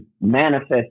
manifest